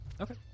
okay